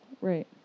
Right